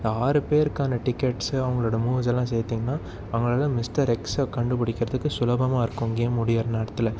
இந்த ஆறு பேருக்கான டிக்கெட்ஸு அவங்களோடய மூவ்ஸெல்லாம் சேர்த்திங்கன்னா அவங்களால் மிஸ்டர் எக்ஸை கண்டுப்பிடிக்கிறதுக்கு சுலபமாக இருக்கும் கேம் முடிகிற நேரத்தில்